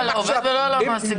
לא על העובד ולא על המעסיק.